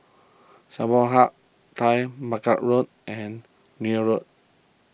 Samsung Hub Taggart Mac Road and Neil Road